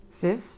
Fifth